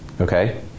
okay